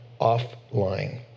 offline